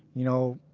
you know.